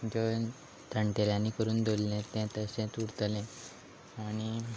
ज्यो जाण्टेल्यांनी करून दवरले ते तशेंच उरतले आनी